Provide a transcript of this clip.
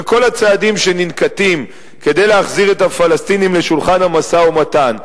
וכל הצעדים שננקטים כדי להחזיר את הפלסטינים לשולחן המשא-ומתן,